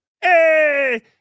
Hey